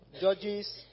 Judges